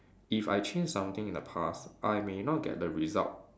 if I change something in the past I may not get the result